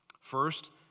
First